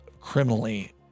criminally